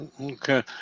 Okay